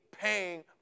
paying